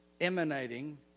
emanating